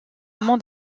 monde